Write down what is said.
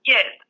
Yes